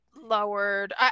lowered